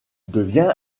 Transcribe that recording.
devient